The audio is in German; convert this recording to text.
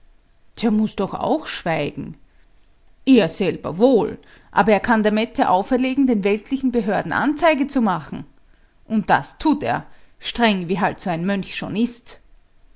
der muß doch auch schweigen er selber wohl aber er kann der mette auferlegen den weltlichen behörden anzeige zu machen und das tut er streng wie halt so ein mönch schon ist